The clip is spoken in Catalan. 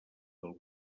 del